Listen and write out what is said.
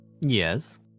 Yes